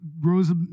grows